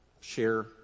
share